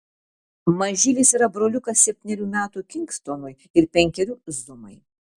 mažylis yra broliukas septynerių metų kingstonui ir penkerių zumai